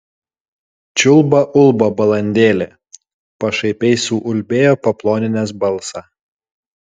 čiulba ulba balandėlė pašaipiai suulbėjo paploninęs balsą